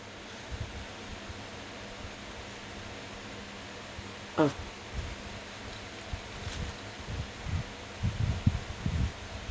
uh